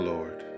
Lord